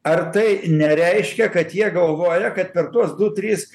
ar tai nereiškia kad jie galvoja kad per tuos du tris